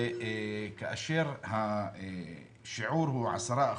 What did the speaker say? כאשר השיעור הוא 10%,